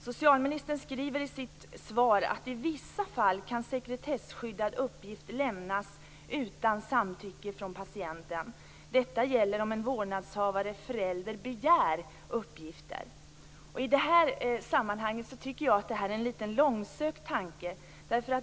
Socialministern skriver i sitt svar att i vissa fall kan sekretesskyddad uppgift lämnas utan samtycke från patienten. Detta gäller om en vårdnadshavare/förälder begär uppgifter. I detta sammanhang är det en väl långsökt tanke.